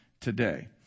today